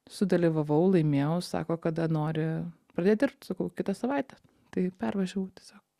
sudalyvavau laimėjau sako kada nori pradėt dirbt sakau kitą savaitę tai pervažiavau tiesiog